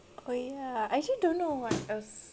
oh ya I actually don't know what else